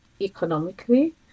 economically